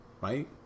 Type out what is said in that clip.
Right